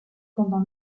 pendant